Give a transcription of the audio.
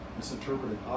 misinterpreted